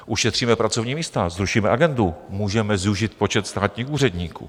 Ušetříme pracovní místa, zrušíme agendu, můžeme zúžit počet státních úředníků.